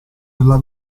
della